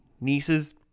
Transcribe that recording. niece's